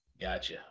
Gotcha